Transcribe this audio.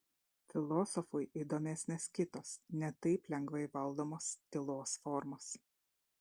filosofui įdomesnės kitos ne taip lengvai valdomos tylos formos